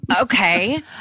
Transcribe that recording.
Okay